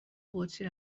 قدسی